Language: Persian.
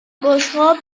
بشقاب